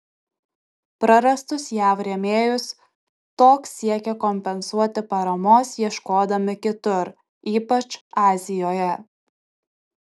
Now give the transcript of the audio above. prarastus jav rėmėjus tok siekė kompensuoti paramos ieškodami kitur ypač azijoje